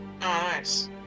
nice